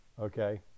Okay